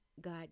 God